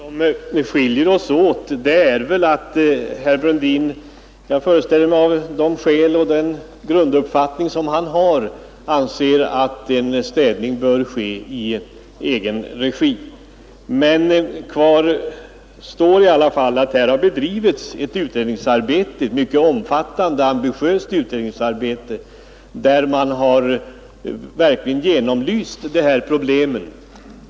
Herr talman! Det som skiljer oss åt är väl att herr Brundin med utgångspunkt i den grunduppfattning han har här anser att städningen bör ske i egen regi. Men kvar står i alla fall att här har bedrivits ett mycket omfattande och ambitiöst utredningsarbete, varvid man verkligen genomlyst problemen.